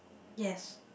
yes